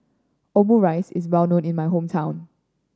Omurice is well known in my hometown